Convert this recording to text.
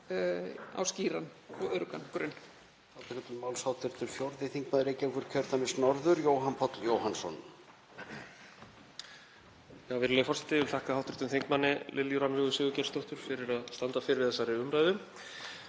á skýran og öruggan